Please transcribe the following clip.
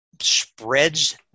spreads